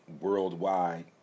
worldwide